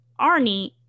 Arnie